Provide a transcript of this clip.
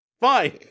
Fine